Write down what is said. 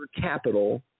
capital